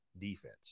defense